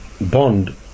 bond